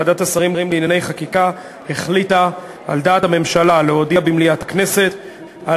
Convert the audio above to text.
ועדת השרים לענייני חקיקה החליטה על דעת הממשלה להודיע במליאת הכנסת על